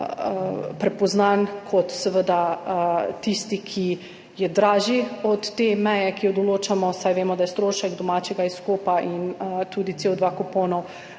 prepoznan kot tisti, ki je dražji od te meje, ki jo določamo, saj vemo, da je strošek domačega izkopa in tudi CO2 kuponov